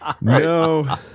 No